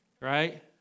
right